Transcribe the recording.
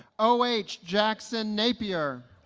o h. jackson napier